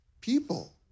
people